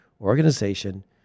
organization